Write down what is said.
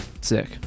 Sick